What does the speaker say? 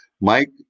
Mike